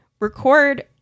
record